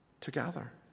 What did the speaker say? together